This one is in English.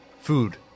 Food